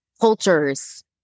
cultures